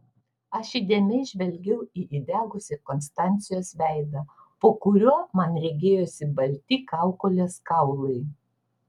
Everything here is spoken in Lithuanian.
aš įdėmiai žvelgiau į įdegusį konstancijos veidą po kuriuo man regėjosi balti kaukolės kaulai